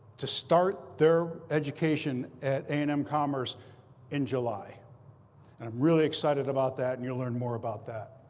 to start their education at a and m commerce in july. and i'm really excited about that. and you'll learn more about that.